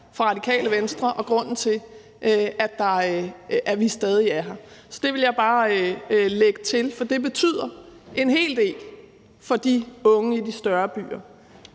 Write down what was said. for Radikale Venstre, og det er grunden til, at vi stadig er med i det. Det vil jeg bare lægge til, for det betyder en hel del for de unge i de større byer.